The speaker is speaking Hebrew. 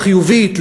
החיובית,